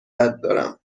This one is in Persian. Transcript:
دارم